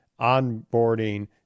onboarding